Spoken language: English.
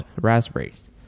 raspberries